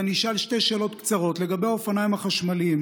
אני אשאל שתי שאלות קצרות: לגבי האופניים החשמליים,